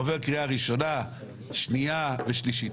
עובר קריאה ראשונה, שנייה ושלישית,